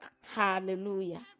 Hallelujah